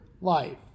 life